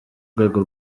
rwego